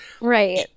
Right